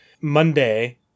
Monday